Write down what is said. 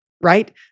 Right